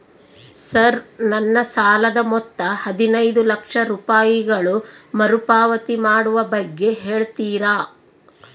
Sir ನನ್ನ ಸಾಲದ ಮೊತ್ತ ಹದಿನೈದು ಲಕ್ಷ ರೂಪಾಯಿಗಳು ಮರುಪಾವತಿ ಮಾಡುವ ಬಗ್ಗೆ ಹೇಳ್ತೇರಾ?